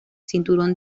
cinturón